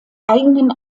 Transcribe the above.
eigenen